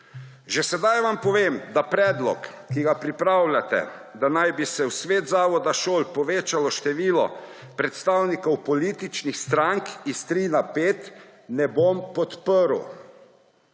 Že sedaj vam povem, da predloga, ki ga pripravljate – da naj bi se v svetih zavodov šol povečalo število predstavnikov političnih strank s tri na pet – ne bom podprl.